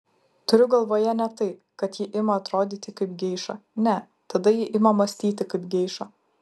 turiu galvoje ne tai kad ji ima atrodyti kaip geiša ne tada ji ima mąstyti kaip geiša